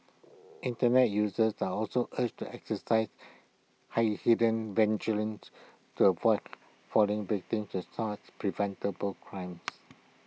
Internet users are also urged to exercise heightened vigilance to avoid falling victim to such preventable crimes